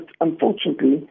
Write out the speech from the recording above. unfortunately